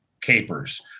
capers